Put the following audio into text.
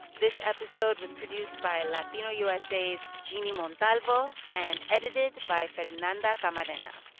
this episode was produced by latino usa's jeanne montalvo and edited by fernanda camarena